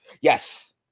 Yes